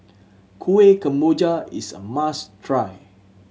Kueh Kemboja is a must try